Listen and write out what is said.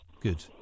Good